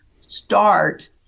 start